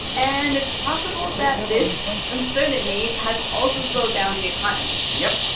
and it's possible that this uncertainty has also slowed down the economy yep.